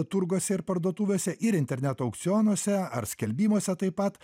turguose ir parduotuvėse ir interneto aukcionuose ar skelbimuose taip pat